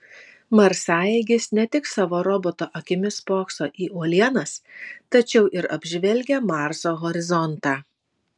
marsaeigis ne tik savo roboto akimis spokso į uolienas tačiau ir apžvelgia marso horizontą